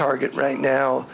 target right now